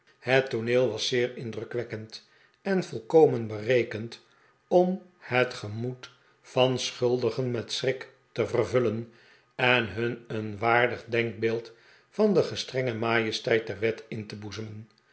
het tooneel was zeer indrukwekkend en volkomen berekend om het gemoed van schuldigen met schrik te vervullen en hun een waardig denkbeeld van de gestrenge majesteit der wet in te boezemen